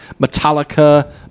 Metallica